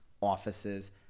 offices—